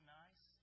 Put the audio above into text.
nice